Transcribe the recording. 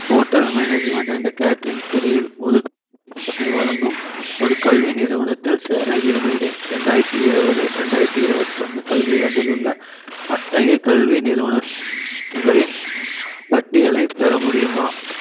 hotel management and catering துறையில் முதுகலைப் படிப்புகளை வழங்கும் ஒரு கல்வி நிறுவனத்தில் சேர விரும்புகிறேன் ரெண்டாயிரத்தி இருபது ரெண்டாயிரத்தி இருபத்தி ஒன்று கல்வியாண்டில் உள்ள அத்தகைய கல்வி நிறுவனங்களின் பட்டியலைப் பெற முடியுமா